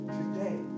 today